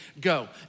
Go